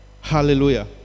Hallelujah